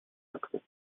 акты